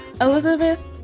Elizabeth